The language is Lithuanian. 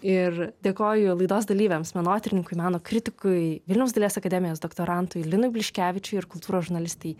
ir dėkoju laidos dalyviams menotyrininkui meno kritikui vilniaus dailės akademijos doktorantui linui bliškevičiui ir kultūros žurnalistei